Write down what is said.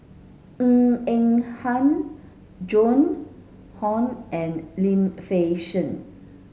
Ng Eng Hen Joan Hon and Lim Fei Shen